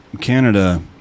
canada